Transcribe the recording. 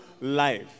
life